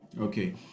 Okay